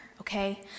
Okay